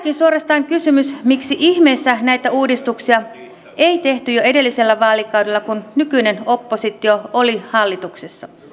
herääkin suorastaan kysymys miksi ihmeessä näitä uudistuksia ei tehty jo edellisellä vaalikaudella kun nykyinen oppositio oli hallituksessa